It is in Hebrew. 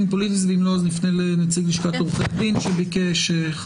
נפנה לנציג לשכת עורכי הדין שביקש לדבר,